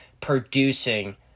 producing